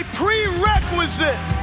prerequisite